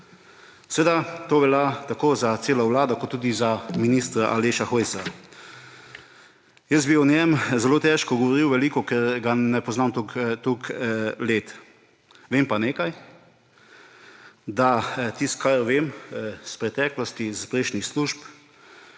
Seveda to velja tako za celo vlado kot tudi za ministra Aleša Hojsa. Jaz bi o njem zelo težko govoril veliko, ker ga ne poznam toliko let. Vem pa nekaj, tisto, kar vem iz preteklosti, iz prejšnjih služb,